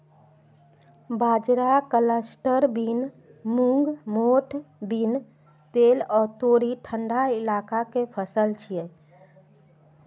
बाजरा, cluster bean, मूंग, मोठ बीन, तिल आ तोरी ठंढा इलाका के फसल छियै